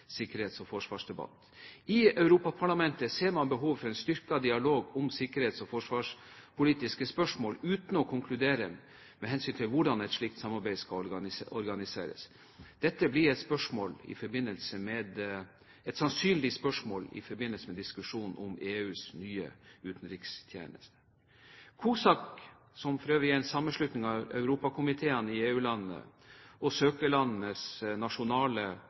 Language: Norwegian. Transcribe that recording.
sikkerhets- og forsvarsdebatt. I Europaparlamentet ser man behovet for en styrket dialog om sikkerhets- og forsvarspolitiske spørsmål, uten å konkludere med hensyn til hvordan et slikt samarbeid skal organiseres. Dette blir et sannsynlig spørsmål i forbindelse med diskusjonen om EUs nye utenrikstjeneste. COSAC, som for øvrig er en sammenslutning av europakomiteene i EU-landene og søkerlandenes nasjonale